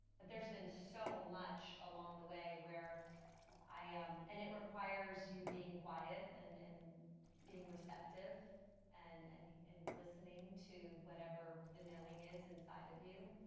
there's been so much along the way where i um and it requires you being quiet and and being receptive and and and listening to whatever the knowing is inside of you.